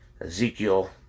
Ezekiel